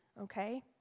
okay